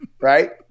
right